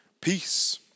peace